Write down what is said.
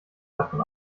davon